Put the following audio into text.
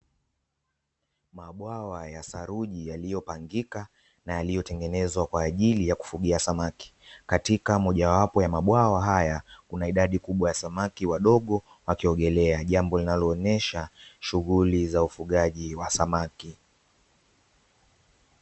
Mabwawa ya saruji yaliyopangika na yaliyotengenezwa kwa ajili ya kufugia samaki katika mojawapo ya mabwawa haya. Kuna idadi kubwa ya samaki wadogo wakiogelea jambo linaloonesha shughuli za ufugaji wa samaki.